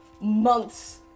months